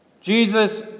Jesus